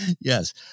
Yes